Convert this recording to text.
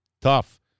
tough